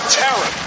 terror